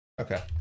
Okay